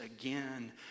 again